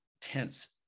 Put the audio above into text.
tense